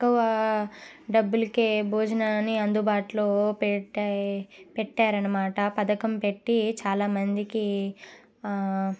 తక్కువ డబ్బులకే భోజనాన్ని అందుబాటులో పెట్టి పెట్టారు అన్నమాట ఆ పథకం పెట్టి చాలా మందికి